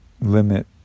limit